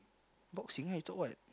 boxing eh you thought what